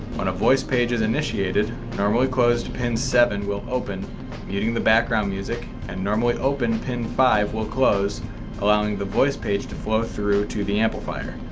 when a voice page is initiated normally closed pin seven will open muting the background music and normally open pin five will close allowing the voice page to flow through to the amplifier.